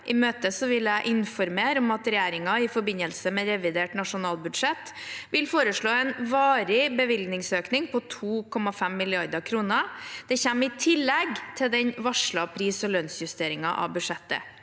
I møtet vil jeg informere om at regjeringen i forbindelse med revidert nasjonalbudsjett vil foreslå en varig bevilgningsøkning på 2,5 mrd. kr. Det kommer i tillegg til den varslede pris- og lønnsjusteringen av budsjettet.